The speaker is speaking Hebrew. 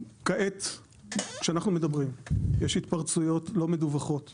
כעת כשאנחנו מדברים יש התפרצויות לא מדווחות בטורקיה,